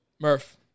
Murph